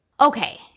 Okay